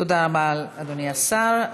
תודה רבה, אדוני השר.